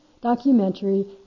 documentary